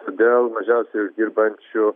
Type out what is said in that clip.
todėl mažiausiai uždirbančių